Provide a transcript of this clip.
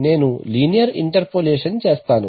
నేను linear interpolation చేస్తాను